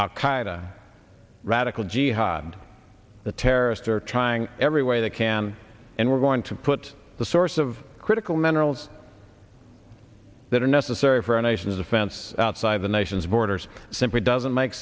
qaeda radical jihad the terrorists are trying every way they can and we're going to put the source of critical minerals that are necessary for our nation's defense outside the nation's borders simply doesn't make